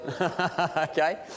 okay